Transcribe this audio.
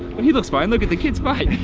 ah. he looks fine, look at, the kid's fine.